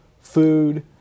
food